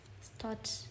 start